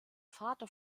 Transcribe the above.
vater